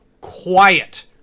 Quiet